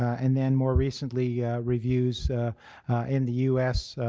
and then more recently reviews in the u s.